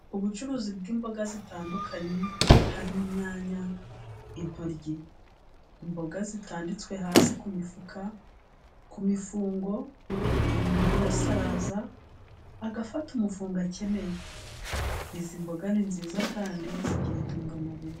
Ubucuruzi bw'imboga zitandukanye harimo inyanya, intoryi , imboga zitanditswe hasi ku mifuka, ku mifungo buri muntu wese araza agafata umufungo akeneye . Izi mboga ni nziza kandi zigira intungamubiri.